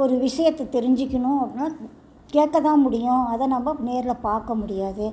ஒரு விஷயத்த தெரிஞ்சுக்கணும் அப்படின்னா கேட்கதான் முடியும் அதை நம்ம நேரில் பார்க்க முடியாது